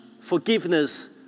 Forgiveness